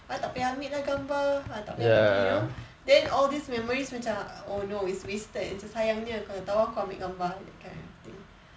ah tak payah lah ambil gambar ah tak payah pergi you know then all these memories macam oh no it's wasted macam sayangnya kalau tahu aku ambil gambar that kind of thing